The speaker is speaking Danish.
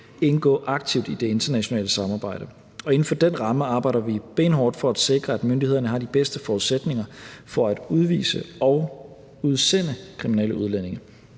indgå aktivt i det internationale samarbejde. Og inden for den ramme arbejder vi benhårdt for at sikre, at myndighederne har de bedste forudsætninger for at udvise og udsende kriminelle udlændinge.